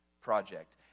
project